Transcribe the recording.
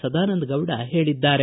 ಸದಾನಂದ ಗೌಡ ಹೇಳಿದ್ದಾರೆ